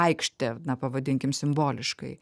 aikštę na pavadinkim simboliškai